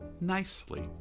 nicely